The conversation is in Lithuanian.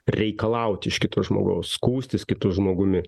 reikalaut iš kito žmogaus skųstis kitu žmogumi